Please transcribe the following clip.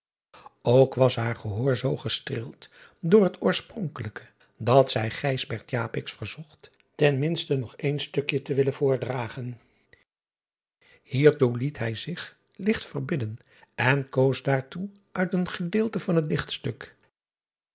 ok was haar gehoor zoo gestreeld door het oorspronkelijke dat zij driaan oosjes zn et leven van illegonda uisman verzocht ten minste nog een stukje te willen voordragen iertoe liet hij zich ligt verbidden en koos daartoe uit een gedeelte van het